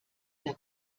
der